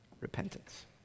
repentance